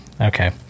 okay